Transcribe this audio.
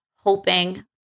hoping